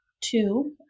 two